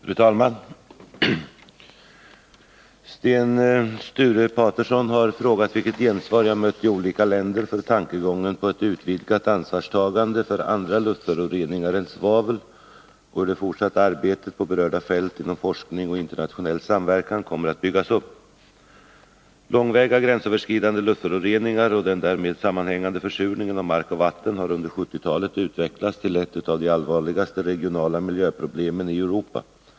Fru talman! Sten Sture Paterson har frågat vilket gensvar jag mött i olika länder för tankegången på ett utvidgat ansvarstagande för andra luftföroreningar än svavel och hur det fortsatta arbetet på berörda fält inom forskning och internationell samverkan kommer att byggas upp. Långväga gränsöverskridande luftföroreningar och den därmed sammanhängande försurningen av mark och vatten har under 1970-talet utvecklats till ett av de allvarligaste regionala miljöproblemen i Europa.